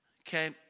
Okay